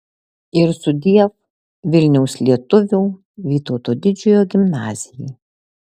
ir sudiev vilniaus lietuvių vytauto didžiojo gimnazijai